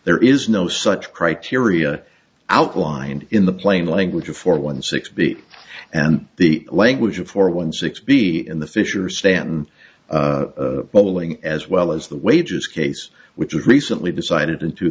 there is no such criteria outlined in the plain language of four one six b and the language of four one six b in the fisher stanton bowling as well as the wages case which was recently decided